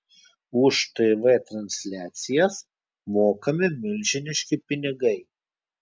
už tv transliacijas mokami milžiniški pinigai